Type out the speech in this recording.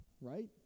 right